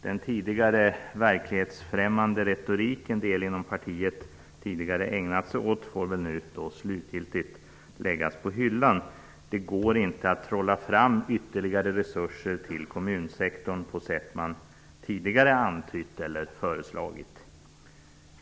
Den tidigare verklighetsfrämmande retorik som en del inom partiet ägnat sig åt får nu slutgiltigt läggas på hyllan. Det går inte att trolla fram ytterligare resurser på kommunsektorn på det sätt som man tidigare antytt eller föreslagit.